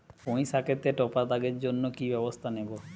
পুই শাকেতে টপা দাগের জন্য কি ব্যবস্থা নেব?